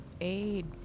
Aid